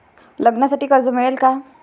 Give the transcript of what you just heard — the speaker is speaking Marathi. लग्नासाठी कर्ज मिळेल का?